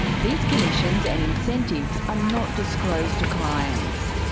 these commissions and incentives are not disclosed to clients.